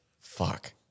fuck